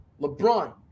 LeBron